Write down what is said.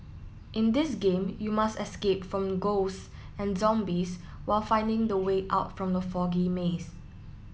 in this game you must escape from ghost and zombies while finding the way out from the foggy maze